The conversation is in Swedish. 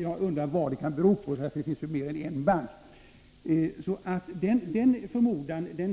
Jag undrar vad det kan bero på, för det finns ju fler än en bank. Jag